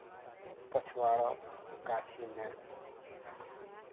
पछवारक गाछीमे